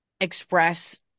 express